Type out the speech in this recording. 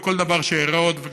וכל דבר שאראה עוד,